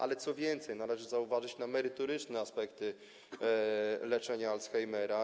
Ale co więcej, należy zważyć na merytoryczne aspekty leczenia alzheimera.